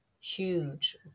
huge